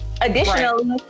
Additionally